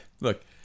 look